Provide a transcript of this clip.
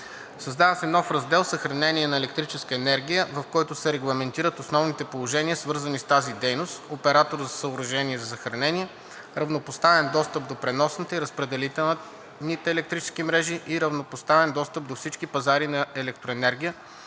Създава се нов раздел „Съхранение на електрическа енергия“, в който се регламентират основните положения, свързани с тази дейност – оператор, съоръжение за съхранение, равнопоставен достъп до преносната и разпределителните електрически мрежи и равнопоставен достъп до всички пазари на електроенергия